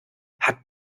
hat